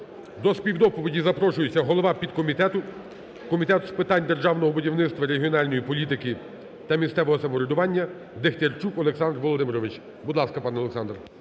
До співдоповіді запрошується голова підкомітету Комітету з питань державного будівництва, регіональної політики та місцевого самоврядування Дехтярчук Олександр Володимирович. Будь ласка, пане Олександр.